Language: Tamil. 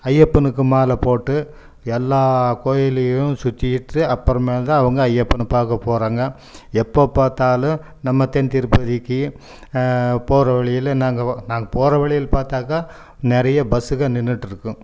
ஐயப்பனுக்கு மாலை போட்டு எல்லா கோயில்லையும் சுத்திட்டு அப்புறம் மேல் தான் அவங்க ஐயப்பனை பார்க்க போகிறாங்க எப்போது பார்த்தாலும் நம்ம தென் திருப்பதிக்கு போகிற வழியில் நாங்கள் வ நாங்கள் போகிற வழியில் பார்த்தாக்கா நிறைய பஸ்ஸுகள் நின்றுட்டு இருக்கும்